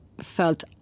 felt